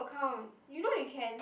count you know you can